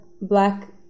black